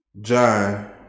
John